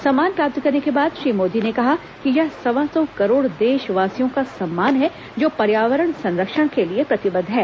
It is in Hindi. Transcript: सम्मान प्राप्त करने के बाद श्री मोदी ने कहा कि यह सवा सौ करोड़ देशवासियों का सम्मान है जो पर्यावरण संरक्षण के लिए प्रतिबद्ध हैं